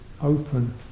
open